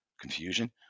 confusion